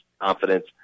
confidence